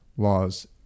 laws